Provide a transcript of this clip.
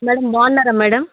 madam బాగున్నారా madam